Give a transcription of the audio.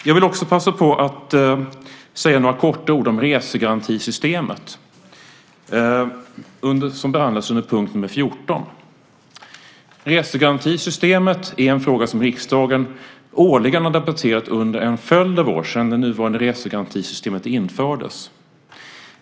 Jag vill passa på att säga några ord om resegarantisystemet som behandlas under punkt 14. Resegarantisystemet är en fråga som riksdagen årligen har debatterat under en följd av år sedan det nuvarande resegarantisystemet infördes.